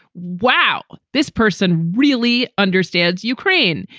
wow, this person really understands ukraine.